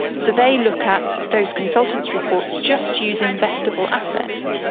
so they look at, those consultants reports just use investable assets.